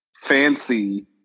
fancy